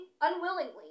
unwillingly